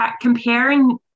comparing